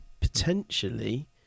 potentially